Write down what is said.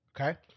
Okay